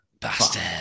bastard